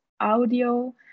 audio